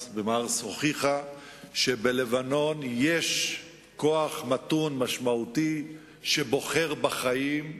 הוכיח שבלבנון יש כוח מתון משמעותי שבוחר בחיים,